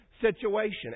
situation